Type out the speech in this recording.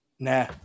Nah